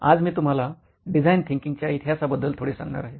आज मी तुम्हाला डिझाईन थिंकिंगच्या इतिहासाबद्दल थोडेसे सांगणार आहे